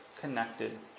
connected